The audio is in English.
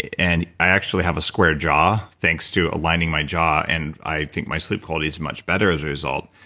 and i actually have a square jaw, thanks to aligning my jaw, and i think my sleep quality is much better as a result.